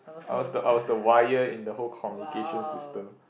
I was the I was the wire in the whole communication system